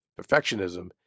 perfectionism